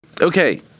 Okay